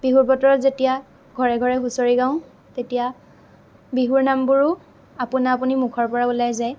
বিহুৰ বতৰত যেতিয়া ঘৰে ঘৰে হুঁচৰি গাওঁ তেতিয়া বিহুৰ নামবোৰো আপোনা আপুনি মুখৰ পৰা ওলাই যায়